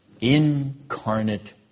incarnate